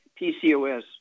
PCOS